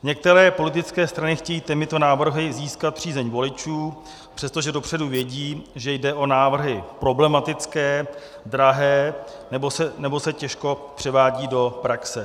Některé politické strany chtějí těmito návrhy získat přízeň voličů, přestože dopředu vědí, že jde o návrhy problematické, drahé nebo se těžko převádí do praxe.